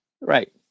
Right